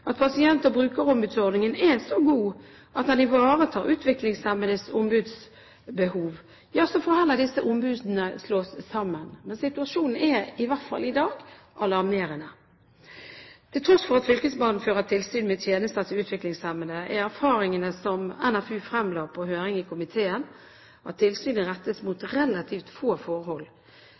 at pasient- og brukerombudsordningen er så god at den ivaretar utviklingshemmedes ombudsbehov, får heller disse ombudene slås sammen. Situasjonen er i hvert fall i dag alarmerende. Til tross for at fylkesmannen fører tilsyn med tjenester til utviklingshemmede, er erfaringene som NFU fremla på høring i komiteen, at tilsynet rettes mot relativt få forhold,